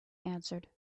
answered